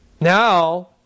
Now